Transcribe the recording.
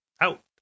out